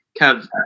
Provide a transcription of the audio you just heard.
kev